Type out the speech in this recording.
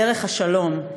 דרך השלום.